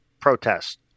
protest